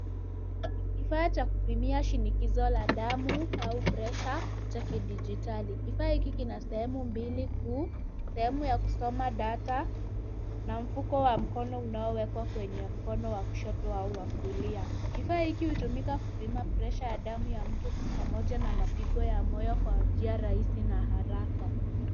Kifaa cha kupimia shinikizo la damu au pressure [ cha kidijitali. Kifaa hiki kina sehemu mbili kuu: sehemu ya kusoma data na mfuko wa mkono unaowekwa kwenye mkono wa kushoto au wa kulia. Kifaa hiki hutumika kupima pressure ya damu mtu pamoja na mapigo ya moyo kwa njia rahisi na haraka.